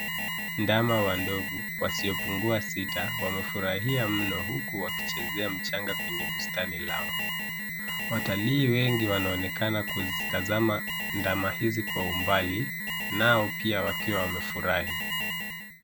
Ndama wa ndovu wasiopungua sita wamefurahia mno huku wakichezea mchanga kwenye bustani lao. Watalii wengi wanaonekana kutazama ndama hizi kwa umbali nao pia wakiwa wamefurahi.